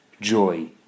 joy